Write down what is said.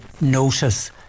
notice